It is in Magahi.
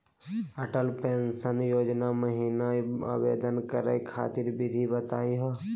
अटल पेंसन योजना महिना आवेदन करै खातिर विधि बताहु हो?